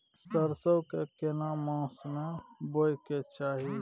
सरसो के केना मास में बोय के चाही?